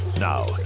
Now